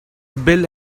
bill